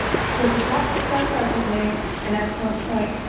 so the staff staff sergeant made an excellent point,